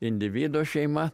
individo šeima